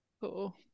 Cool